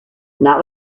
not